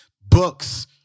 books